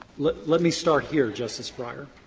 let let me start here, justice breyer.